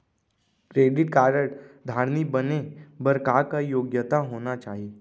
Credit card धारी बने बर का का योग्यता होना चाही?